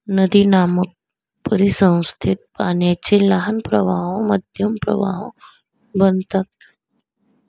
नदीनामक परिसंस्थेत पाण्याचे लहान प्रवाह मध्यम प्रवाह बनतात